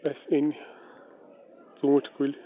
اَسہِ أنۍ ژوٗنٛٹھۍ کُلۍ